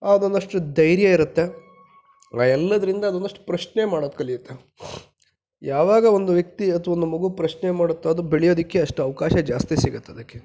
ಅದೊಂದಷ್ಟು ಧೈರ್ಯ ಇರುತ್ತೆ ಆ ಎಲ್ಲದರಿಂದ ಅದೊಂದಷ್ಟು ಪ್ರಶ್ನೆ ಮಾಡೋದು ಕಲಿಯುತ್ತೆ ಯಾವಾಗ ಒಂದು ವ್ಯಕ್ತಿ ಅಥವಾ ನಮ್ಮ ಮಗು ಪ್ರಶ್ನೆ ಮಾಡುತ್ತೋ ಅದು ಬೆಳೆಯೋದಕ್ಕೆ ಅಷ್ಟು ಅವಕಾಶ ಜಾಸ್ತಿ ಸಿಗುತ್ತೆ ಅದಕ್ಕೆ